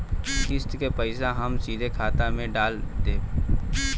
किस्त के पईसा हम सीधे खाता में डाल देम?